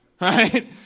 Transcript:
right